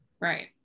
Right